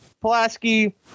Pulaski